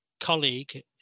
colleague